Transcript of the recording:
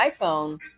iPhone